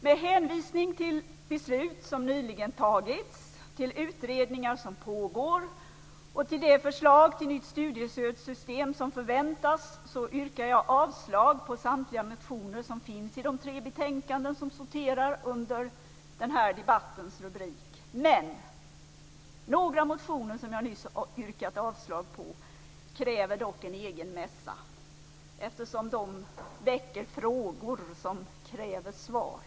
Med hänvisning till beslut som nyligen fattats, till utredningar som pågår och till det förslag till nytt studiestödssystem som förväntas yrkar jag avslag på samtliga de motioner som finns i de tre betänkanden som sorterar under denna debatts rubrik. Några motioner som jag nyss yrkat avslag på kräver dock en egen mässa, eftersom de väcker frågor som kräver svar.